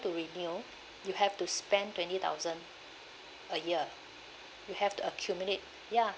to renew you have to spend twenty thousand a year you have to accumulate ya